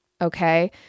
Okay